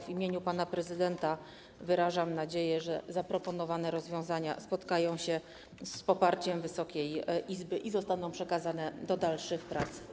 W imieniu pana prezydenta wyrażam nadzieję, że zaproponowane rozwiązania spotkają się z poparciem Wysokiej Izby i zostaną przekazane do dalszych prac.